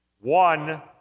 one